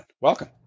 Welcome